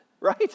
Right